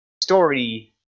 story